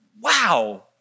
wow